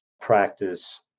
practice